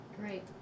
Great